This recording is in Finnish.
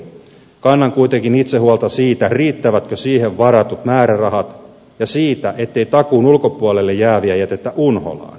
kannan kuitenkin itse huolta siitä riittävätkö siihen varatut määrärahat ja siitä ettei takuun ulkopuolelle jääviä jätetä unholaan